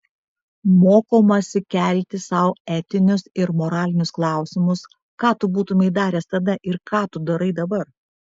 mokomasi kelti sau etinius ir moralinius klausimus ką tu būtumei daręs tada ir ką tu darai dabar